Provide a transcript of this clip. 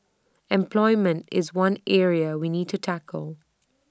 employment is one area we need to tackle